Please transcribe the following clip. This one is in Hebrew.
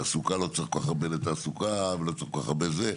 לא צריך כל כך הרבה לתעסוקה ולא צריך כל כך הרבה זה.